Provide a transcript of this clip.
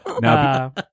Now